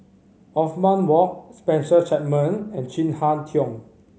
Othman Wok Spencer Chapman and Chin Harn Tong